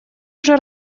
уже